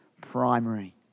primary